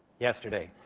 yesterday.